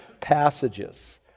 passages